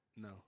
No